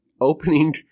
opening